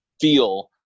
feel